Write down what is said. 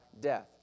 death